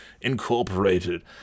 Incorporated